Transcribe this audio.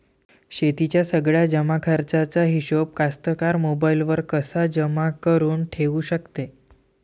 शेतीच्या सगळ्या जमाखर्चाचा हिशोब कास्तकार मोबाईलवर कसा जमा करुन ठेऊ शकते?